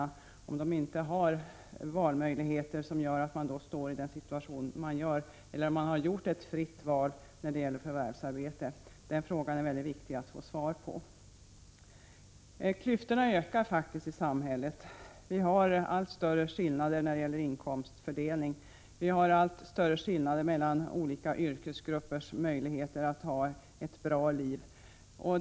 Är det för att barnfamiljerna inte har valmöjligheter som de står i den situationen eller har de gjort ett fritt val när det gäller förvärvsarbete? Den frågan är viktig att få besvarad. Klyftorna i samhället ökar faktiskt. Vi har allt större skillnader i inkomstfördelning. Vi har allt större skillnader mellan olika yrkesgruppers möjligheter att föra ett bra liv.